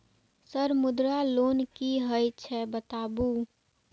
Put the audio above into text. Sir Mudra loan की हे छे बताबू?